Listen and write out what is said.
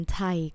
Thai